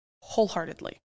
wholeheartedly